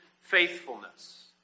faithfulness